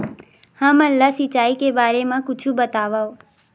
हमन ला सिंचाई के बारे मा कुछु बतावव?